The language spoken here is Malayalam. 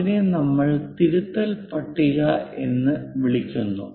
അതിനെ നമ്മൾ തിരുത്തൽ പട്ടിക എന്ന് വിളിക്കുന്നു